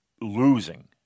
losing